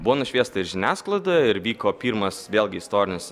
buvo nušviesta ir žiniasklaida ir vyko pirmas vėlgi istorinis